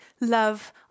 love